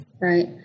Right